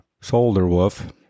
Solderwolf